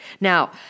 Now